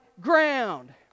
ground